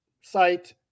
site